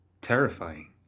terrifying